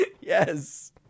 Yes